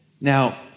Now